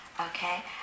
Okay